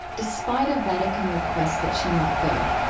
despite a vatican request that she not go.